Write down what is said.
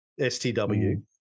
STW